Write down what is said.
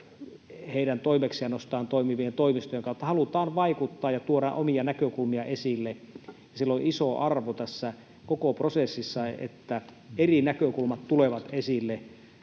heidän toimeksiannostaan toimivien toimistojen kautta halutaan vaikuttaa ja tuoda omia näkökulmia esille. Sillä on iso arvo tässä koko prosessissa, että eri näkökulmat tulevat esille,